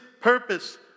purpose